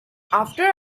after